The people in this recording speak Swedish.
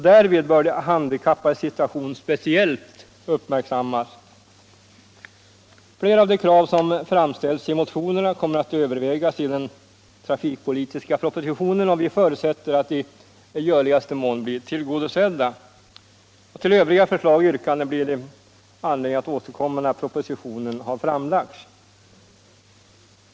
Därvid bör de handikappades situation speciellt uppmärksammas. Flera av de krav som framställts i motionerna kommer att övervägas i den trafikpolitiska propositionen, och vi förutsätter att de i görligaste mån blir tillgodosedda. Till övriga förslag och yrkanden blir det anledning att återkomma när propositionen har framlagts.